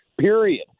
period